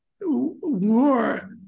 war